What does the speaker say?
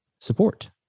support